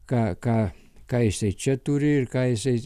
ką ką ką jisai čia turi ir ką jisai